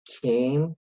came